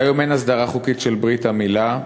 כיום אין הסדרה חוקית של ברית המילה,